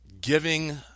giving